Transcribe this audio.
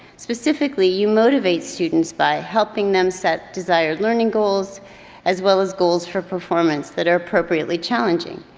specifically, you motivate students by helping them set desired learning goals as well as goals for performance that are appropriately challenging.